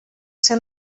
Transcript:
ser